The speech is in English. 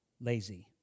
lazy